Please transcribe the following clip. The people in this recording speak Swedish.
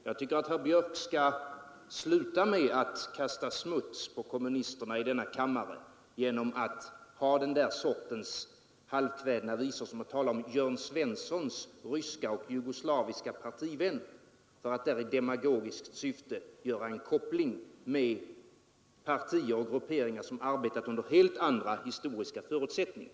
Jag tycker å min sida att herr Björk skall sluta med den typ av polemik där han talar om Jörn Svenssons ryska och jugoslaviska partivänner, varigenom han i demagogiskt syfte gör en koppling med partier som arbetat under helt olika historiska förutsättningar.